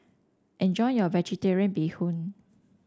enjoy your vegetarian Bee Hoon